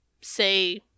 say